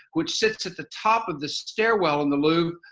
which sits at the top of the stairwell in the louvre,